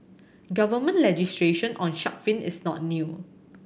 government legislation on shark fin is not new